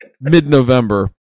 mid-November